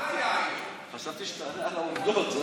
חשבתי שתענה על העובדות.